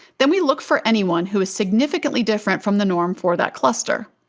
then we look for anyone who is significantly different from the norm for that cluster.